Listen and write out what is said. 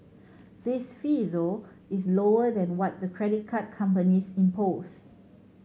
this fee though is lower than what the credit card companies impose